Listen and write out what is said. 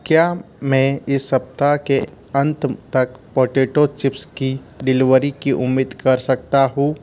क्या मैं इस सप्ताह के अंत तक पोटैटो चिप्स की डिलीवरी की उम्मीद कर सकता हूँ